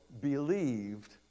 believed